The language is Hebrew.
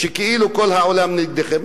שכאילו כל העולם נגדכם.